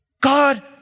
God